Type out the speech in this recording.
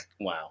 wow